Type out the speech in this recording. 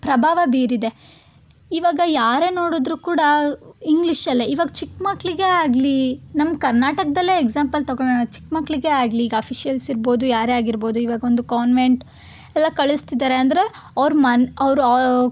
ಪ್ರಭಾವ ಬೀರಿದೆ ಇವಾಗ ಯಾರೇ ನೋಡಿದ್ರು ಕೂಡ ಇಂಗ್ಲಿಷಲ್ಲೇ ಇವಾಗ ಚಿಕ್ಕ ಮಕ್ಕಳಿಗೇ ಆಗಲಿ ನಮ್ಮ ಕರ್ನಾಟಕದಲ್ಲೇ ಎಕ್ಸಾಂಪಲ್ ತೊಗೊಳ್ಳೋಣ ಚಿಕ್ಕ ಮಕ್ಕಳಿಗೇ ಆಗಲಿ ಈಗ ಅಫೀಷಿಯಲ್ಸ್ ಇರ್ಬೋದು ಯಾರೇ ಆಗಿರ್ಬೋದು ಇವಾಗ ಒಂದು ಕೋನ್ವೆಂಟ್ ಎಲ್ಲ ಕಳಿಸ್ತಿದ್ದಾರೆ ಅಂದರೆ ಅವ್ರ ಮನ ಅವ್ರ ಅವು